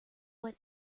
what